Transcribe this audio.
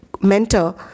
mentor